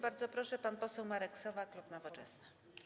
Bardzo proszę, pan poseł Marek Sowa, klub Nowoczesna.